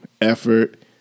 effort